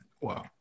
Wow